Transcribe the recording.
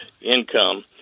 income